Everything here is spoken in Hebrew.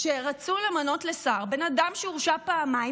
כשרצו למנות לשר בן אדם שהורשע פעמיים